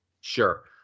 Sure